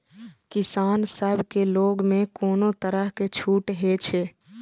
किसान सब के लोन में कोनो तरह के छूट हे छे?